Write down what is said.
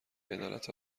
عدالت